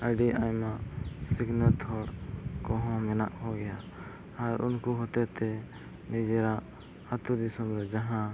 ᱟᱹᱰᱤ ᱟᱭᱢᱟ ᱥᱤᱠᱷᱱᱟᱹᱛ ᱦᱚᱲ ᱠᱚᱦᱚᱸ ᱢᱮᱱᱟᱜ ᱠᱚᱜᱮᱭᱟ ᱟᱨ ᱩᱱᱠᱩ ᱦᱚᱛᱮᱛᱮ ᱱᱤᱡᱮᱨᱟᱜ ᱟᱹᱛᱩᱼᱫᱤᱥᱚᱢ ᱨᱮ ᱡᱟᱦᱟᱸ